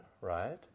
right